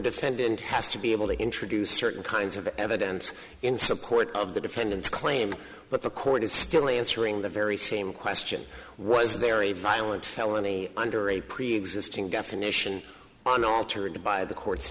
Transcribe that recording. defendant has to be able to introduce certain kinds of evidence in support of the defendant's claim but the court is still answering the very same question was there a violent felony under a preexisting definition on altered by the court